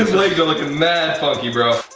legs are looking mad funky, bro.